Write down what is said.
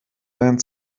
deinen